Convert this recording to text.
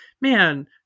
Man